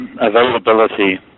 availability